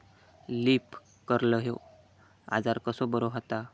Leaf curl ह्यो आजार कसो बरो व्हता?